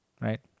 right